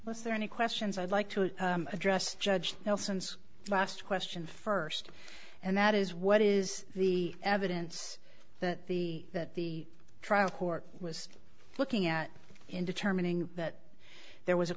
let's there any questions i'd like to address judge nelson's last question first and that is what is the evidence that the that the trial court was looking at in determining that there was a